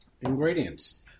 Ingredients